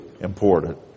important